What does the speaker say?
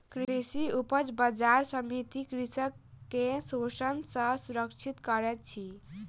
कृषि उपज बजार समिति कृषक के शोषण सॅ सुरक्षित करैत अछि